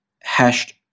hashed